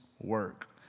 work